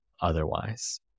otherwise